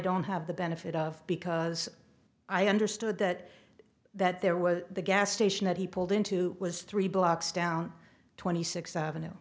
don't have the benefit of because i understood that that there was the gas station that he pulled into was three blocks down twenty six